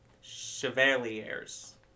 Chevaliers